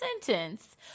sentence